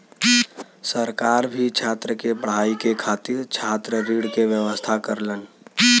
सरकार भी छात्र के पढ़ाई के खातिर छात्र ऋण के व्यवस्था करलन